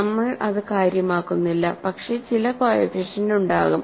നമ്മൾ അത് കാര്യമാക്കുന്നില്ല പക്ഷേ ചില കോഎഫിഷ്യന്റ് ഉണ്ടാകും